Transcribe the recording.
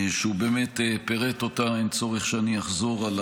שהוא באמת פירט אותה, אין צורך שאני אחזור על